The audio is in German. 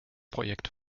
projekt